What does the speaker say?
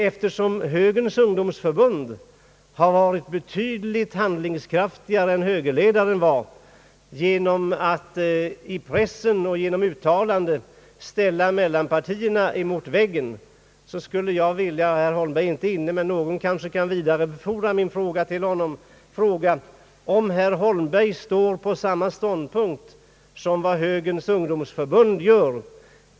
Eftersom högerns ungdomsförbund har varit betydligt handlingskraftigare än högerledaren genom att i pressen och genom uttalanden i övrigt ställa mittenpartierna mot väggen, skulle jag vilja ställa följande fråga till herr Holmberg — ja, herr Holmberg är inte i kammaren nu men det finns kanske någon som kan vidarebefordra min fråga till honom: Intar herr Holmberg samma ståndpunkt som högerns ungdomsförbund?